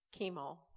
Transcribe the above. chemo